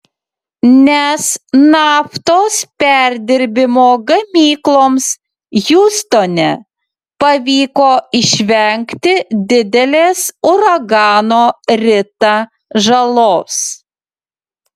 nes naftos perdirbimo gamykloms hiūstone pavyko išvengti didelės uragano rita žalos